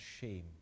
shame